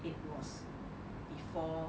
it was before